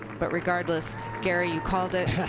but regardless, gary, you called it.